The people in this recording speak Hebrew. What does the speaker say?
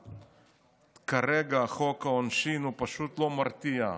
שכרגע חוק העונשין פשוט לא מרתיע.